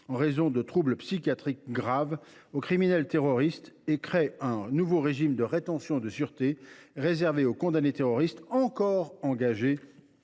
en raison de troubles psychiatriques graves aux criminels terroristes et crée un nouveau régime de rétention de sûreté réservé aux condamnés terroristes encore engagés